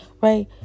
right